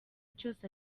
cyose